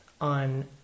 on